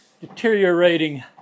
deteriorating